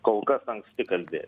kol kas anksti kalbėt